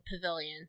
pavilion